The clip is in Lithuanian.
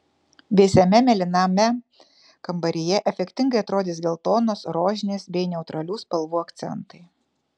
vėsiame mėlyname kambaryje efektingai atrodys geltonos rožinės bei neutralių spalvų akcentai